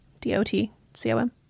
D-O-T-C-O-M